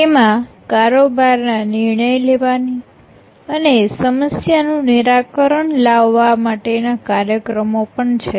તેમાં કારોબારના નિર્ણય લેવાની અને સમસ્યાનું નિરાકરણ લાવવા માટેના કાર્યક્રમો પણ છે